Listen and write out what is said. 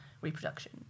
reproduction